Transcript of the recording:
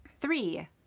Three